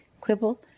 quibble